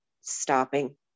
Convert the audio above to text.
stopping